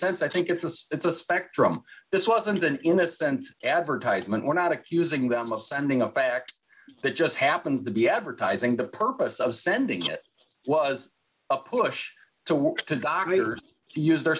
sense i think it's a it's a spectrum this wasn't an innocent advertisement we're not accusing them of sending a fact that just happens to be advertising the purpose of sending it was a push to walk to god or to use their